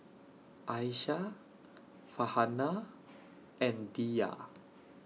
Aisyah Farhanah and Dhia